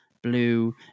Blue